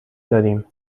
داریم